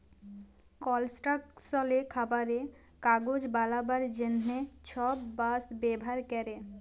কলস্ট্রাকশলে, খাবারে, কাগজ বালাবার জ্যনহে ছব বাঁশ ব্যাভার ক্যরে